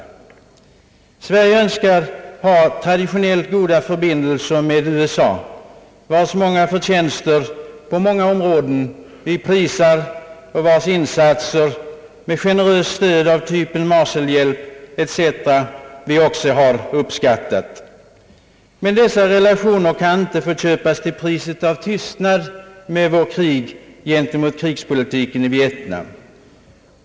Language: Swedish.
Sverige önskar ha traditionellt goda förbindelser med USA, vars stora förtjänster på många områden vi prisar och vars insatser med generöst stöd av typen Marshall-hjälpen etc. vi också uppskattar. Men dessa relationer kan inte köpas till priset av tystnad med vår kritik av krigspolitiken i Vietnam.